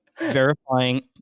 verifying